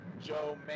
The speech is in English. Joe